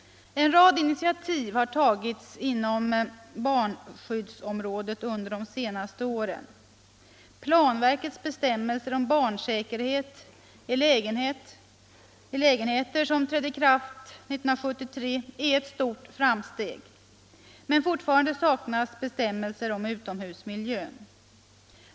En rad initiativ har tagits inom barnskyddsområdet under de senaste åren. Planverkets bestämmelser om barnsäkerhet i lägenheter, som trädde i kraft 1973, är ett stort framsteg. Men fortfarande saknas bestämmelser om utomhusmiljön.